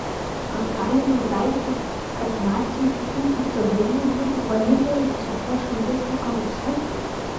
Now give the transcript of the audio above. ar galimas daiktas kad naciai tų piktadarių būtų palikę visuose šalies vakaruose